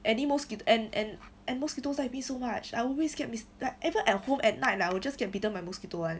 any mosquito and and and mosquitoes like me so much I always like even at home at night lah I will just get bitten by mosquito [one]